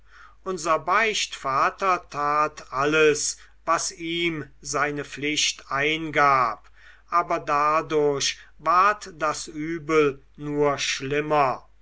unser beichtvater tat alles was ihm seine pflicht eingab aber dadurch ward das übel nur schlimmer